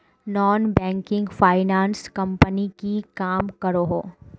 Non banking finance company की काम करोहो?